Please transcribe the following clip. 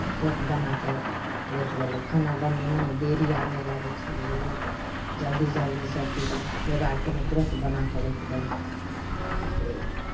तुरन्त बना कऽ राखि देलहुँ खाना बनबैमे नहि देरी अर नहि लगै छै बुझली जल्दी जल्दी सभचीज जोगार कयलहुँ तुरन्त बना कऽ राखि देलहुँ बुझली